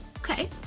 Okay